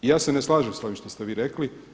I ja se ne slažem s ovim što ste vi rekli.